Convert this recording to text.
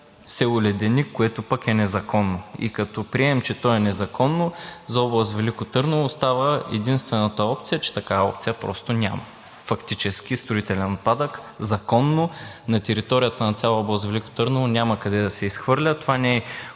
село Леденик, което пък е незаконно, и като приемем, че то е незаконно за област Велико Търново, остава единствената опция, че такава опция просто няма. Фактически строителен отпадък законно на територията на цялата област Велико Търново няма къде да се изхвърля. Това не е